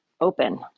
open